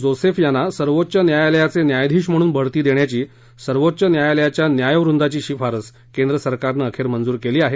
Joseph यांना सर्वोच्च न्यायालयाचे न्यायाधीश म्हणून बढती देण्याची सर्वोच्च न्यायालयाच्या न्यायवंदाची शिफारस केंद्र सरकारनं अखेर मंजूर केली आहे